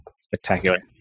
spectacular